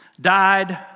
Died